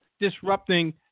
Disrupting